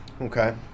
Okay